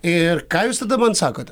ir ką jūs tada man sakote